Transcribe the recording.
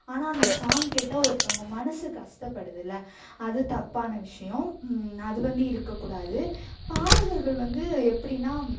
ஆனால் அந்த சாங் கேட்டால் ஒருத்தவங்க மனது கஷ்டப்படுதுல அது தப்பான விஷயம் அது வந்து இருக்கக்கூடாது பாடகர்கள் வந்து எப்படின்னா